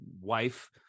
wife